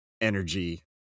energy